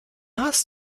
hast